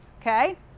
okay